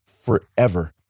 forever